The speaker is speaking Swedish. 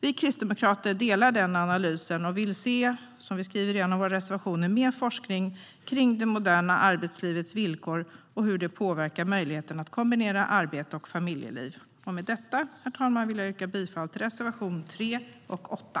Vi kristdemokrater delar den analysen och vill, som vi skriver i en av våra reservationer, se mer forskning om det moderna arbetslivets villkor och hur det påverkar möjligheten att kombinera arbete och familjeliv. Med detta, herr talman, yrkar jag bifall till reservationerna 3 och 8.